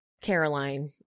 Caroline